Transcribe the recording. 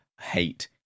hate